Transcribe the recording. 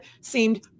seemed